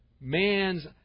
man's